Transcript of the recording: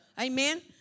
Amen